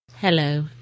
Hello